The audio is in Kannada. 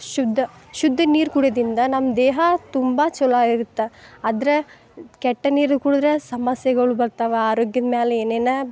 ಶುದ್ಧ ಶುದ್ಧ ನೀರು ಕುಡಿಯೋದಿಂದ ನಮ್ಮ ದೇಹ ತುಂಬ ಚಲೋ ಆಗಿರುತ್ತೆ ಅದರೆ ಕೆಟ್ಟ ನೀರು ಕುಡಿದರೆ ಸಮಸ್ಯೆಗಳು ಬರ್ತವ ಆರೋಗ್ಯದ ಮ್ಯಾಲೆ ಏನೇನು